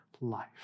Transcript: life